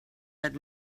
had